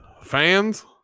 fans